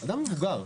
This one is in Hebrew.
אדם מבוגר.